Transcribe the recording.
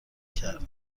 کرد